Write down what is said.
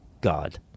God